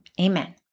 amen